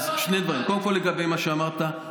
שני דברים: קודם כול לגבי מה שאמרת,